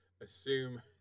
assume